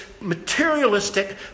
materialistic